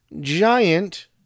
giant